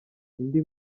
indi